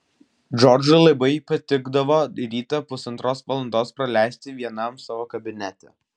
džordžui labai patikdavo rytą pusantros valandos praleisti vienam savo kabinete